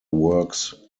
works